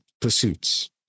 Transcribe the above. pursuits